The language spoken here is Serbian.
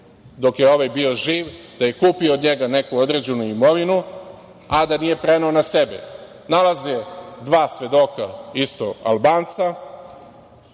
dok je ovaj bio živ, da je kupio od njega neku određenu imovinu, a da nije preneo na sebe, nalaze dva svedoka isto Albanca,